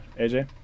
AJ